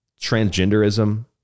transgenderism